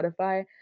spotify